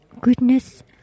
Goodness